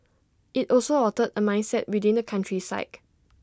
IT also altered A mindset within the country's psyche